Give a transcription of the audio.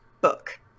book